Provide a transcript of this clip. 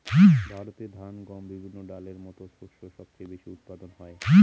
ভারতে ধান, গম, বিভিন্ন ডালের মত শস্য সবচেয়ে বেশি উৎপাদন হয়